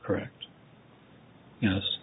correct yes